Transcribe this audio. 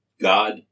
God